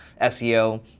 SEO